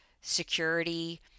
security